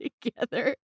together